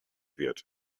wird